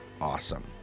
awesome